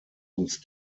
uns